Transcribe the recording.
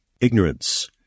ignorance